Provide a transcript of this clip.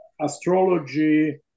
astrology